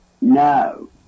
no